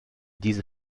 diese